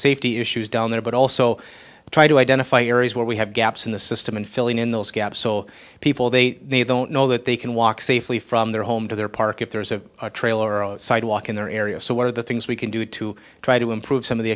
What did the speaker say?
safety issues down there but also to try to identify areas where we have gaps in the system and filling in those gaps so people they need don't know that they can walk safely from their home to their park if there's a trailer or a sidewalk in their area so one of the things we can do to try to improve some of the